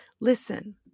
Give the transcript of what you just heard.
Listen